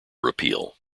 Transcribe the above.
repeal